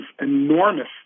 enormous